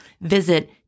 Visit